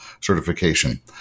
certification